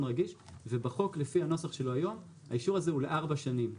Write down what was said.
רגיש ובחוק לפי הנוסח שלו היום האישור הזה הוא ל-4 שנים,